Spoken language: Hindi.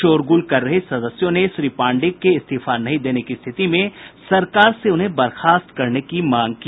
शोरगुल कर रहे सदस्यों ने श्री पांडेय के इस्तीफा नहीं देने की स्थिति में सरकार से उन्हें बर्खास्त करने की भी मांग की